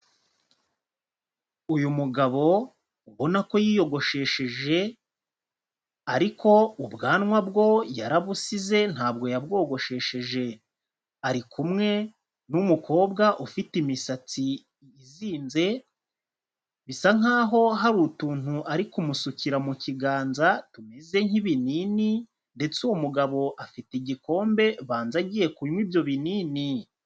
Uyu mugabo ubona ko yiyogoshesheje ariko ubwanwa bwo yarabusize ntabwo yabwogoshesheje, ari kumwe n'umukobwa ufite imisatsi yizinze bisa nkaho hari utuntu ari kumusukira mu kiganza tumeze nk'ibinini ndetse uwo mugabo afite igikombe banza agiye kunywa ibyo bini.